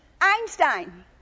Einstein